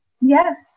Yes